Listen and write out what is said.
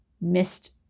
missed